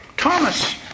Thomas